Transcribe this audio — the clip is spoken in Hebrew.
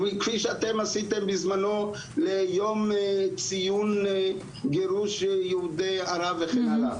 כפי שאתם עשיתם בזמנו ליום ציון גירוש יהודי ערב וכן הלאה,